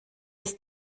des